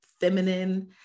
feminine